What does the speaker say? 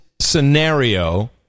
scenario